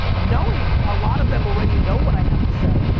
knowing a lot of them already know what i have to say,